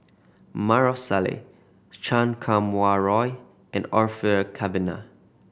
Maarof Salleh Chan Kum Wah Roy and Orfeur Cavenagh